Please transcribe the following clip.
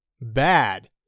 bad